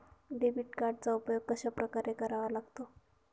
Debit कार्डचा उपयोग कशाप्रकारे करावा लागतो?